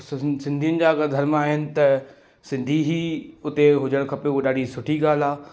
सु सु सिंधियुनि जा अगरि धर्म आहिनि त सिंधी हीउ उते हुजणु खपे उहा ॾाढी सुठी ॻाल्हि आहे